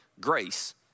grace